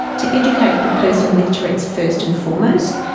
to educate the person with tourette's first and foremost,